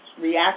react